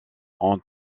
ont